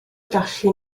gallu